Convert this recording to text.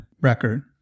record